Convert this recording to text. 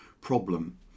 problem